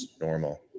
normal